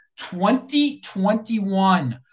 2021